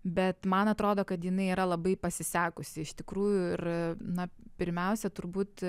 bet man atrodo kad jinai yra labai pasisekusi iš tikrųjų ir na pirmiausia turbūt